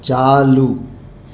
चालू